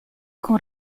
con